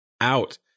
out